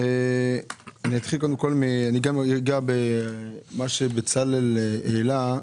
גם אני אגע במה שבצלאל העלה.